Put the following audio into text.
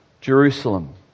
Jerusalem